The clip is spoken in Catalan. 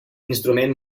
instrument